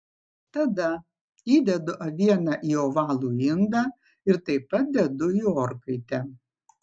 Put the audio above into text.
tada įdedu avieną į ovalų indą ir taip pat dedu į orkaitę